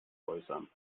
äußern